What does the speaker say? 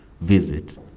visit